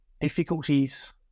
difficulties